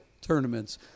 tournaments